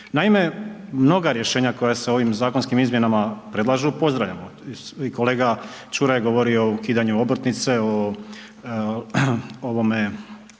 Naime, mnoga rješenja koje se ovim zakonskim izmjenama predlažu pozdravljamo. I kolega Čuraj je govorio o ukidanju obrtnice, o produženju